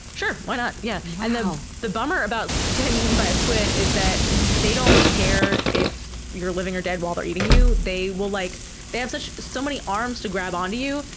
sure. why not? yeah. and you know the bummer about getting eaten by a squid is that they don't care if you're living or dead while they're eating you. they will, like they have so many arms to grab onto you,